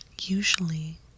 Usually